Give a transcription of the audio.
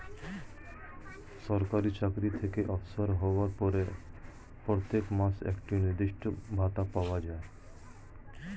সরকারি চাকরি থেকে অবসর হওয়ার পর প্রত্যেক মাসে একটি নির্দিষ্ট ভাতা পাওয়া যায়